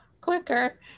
quicker